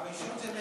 הראשון זה מרצ.